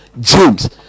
James